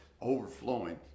overflowing